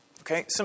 Okay